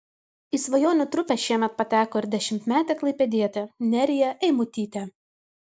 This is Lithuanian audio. į svajonių trupę šiemet pateko ir dešimtmetė klaipėdietė nerija eimutytė